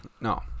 No